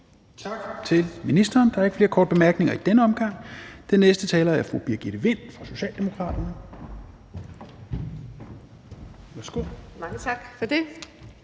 Tak til ministeren. Der er ikke flere korte bemærkninger i denne omgang. Den næste taler er fru Birgitte Vind, Socialdemokratiet. Værsgo. Kl.